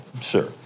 Sure